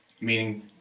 meaning